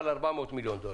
400 מיליון דולר.